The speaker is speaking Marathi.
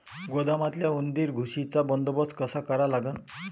गोदामातल्या उंदीर, घुशीचा बंदोबस्त कसा करा लागन?